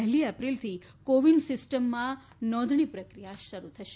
પહેલી એપ્રિલથી CoWIN સિસ્ટમમાં નોંધણી પ્રક્રિયા શરૂ થશે